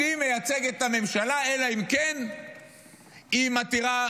מייצגת את הממשלה אלא אם כן היא מתירה,